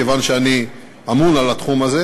כיוון שאני אמון על התחום הזה,